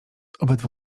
obydwu